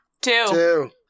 Two